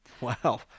Wow